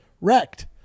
wrecked